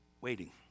waiting